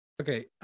Okay